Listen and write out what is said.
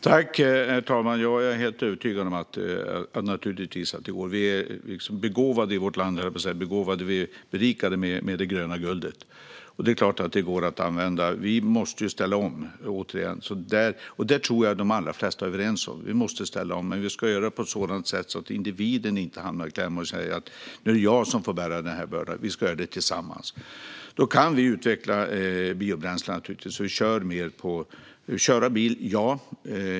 Herr talman! Jag är helt övertygad om att det går. Vi är berikade med det gröna guldet i vårt land, och det är klart att det går att använda. Vi måste ställa om, återigen, och det tror jag att de allra flesta är överens om. Men vi ska göra det på ett sådant sätt att individen inte hamnar i kläm och säger att nu är det jag som får bära bördan. Den ska vi bära tillsammans. Då kan vi naturligtvis utveckla biobränslen och köra bil på dem.